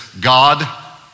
God